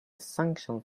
sanctions